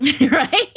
Right